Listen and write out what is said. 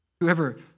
Whoever